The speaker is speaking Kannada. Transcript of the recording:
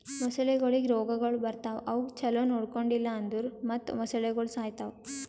ಮೊಸಳೆಗೊಳಿಗ್ ರೋಗಗೊಳ್ ಬರ್ತಾವ್ ಅವುಕ್ ಛಲೋ ನೊಡ್ಕೊಂಡಿಲ್ ಅಂದುರ್ ಮತ್ತ್ ಮೊಸಳೆಗೋಳು ಸಾಯಿತಾವ್